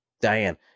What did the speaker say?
Diane